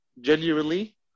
genuinely